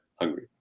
hungry